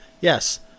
Yes